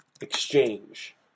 Exchange